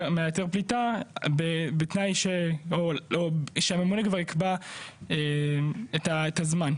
הפליטה בתנאי או שהממונה כבר יקבע את הזמן,